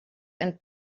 and